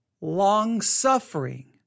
long-suffering